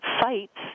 sites